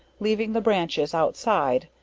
leaving the branches outside,